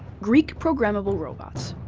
greek programmable robots.